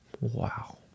Wow